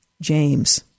James